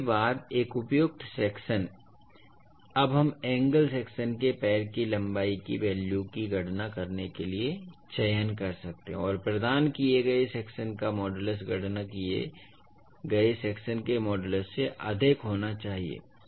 तो उसके बाद एक उपयुक्त सेक्शन अब हम एंगल सेक्शन के पैर की लंबाई की वैल्यू की गणना करने के लिए चयन कर सकते हैं और प्रदान किए गए सेक्शन का मॉडूलस गणना किए गए सेक्शन के मॉडूलस से अधिक होना चाहिए